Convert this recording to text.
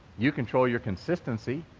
you control your consistency,